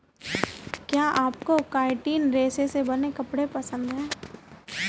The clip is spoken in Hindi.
क्या आपको काइटिन रेशे से बने कपड़े पसंद है